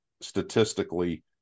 statistically